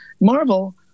Marvel